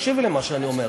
תקשיבי למה שאני אומר.